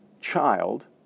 child